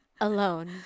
alone